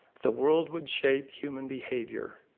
the world would shape human behavior,